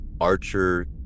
Archer